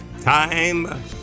time